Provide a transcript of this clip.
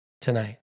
tonight